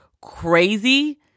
crazy